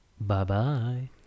bye-bye